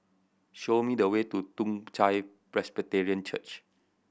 show me the way to Toong Chai Presbyterian Church